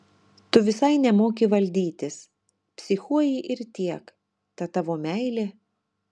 tu visai nemoki valdytis psichuoji ir tiek ta tavo meilė